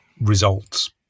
results